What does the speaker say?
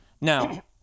Now